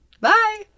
Bye